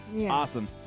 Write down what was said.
Awesome